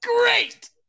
Great